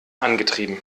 angetrieben